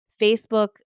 Facebook